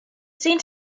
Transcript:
seemed